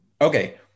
okay